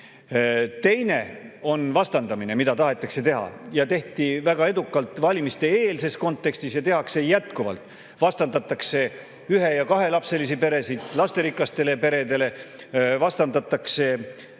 Teine on vastandamine, mida tahetakse teha ja tehti väga edukalt valimiste-eelses kontekstis ja tehakse jätkuvalt. Vastandatakse ühe‑ ja kahelapselisi peresid lasterikastele peredele, vastandatakse